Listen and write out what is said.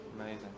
amazing